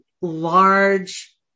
large